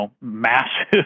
massive